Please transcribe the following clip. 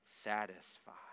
satisfied